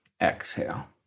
exhale